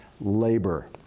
labor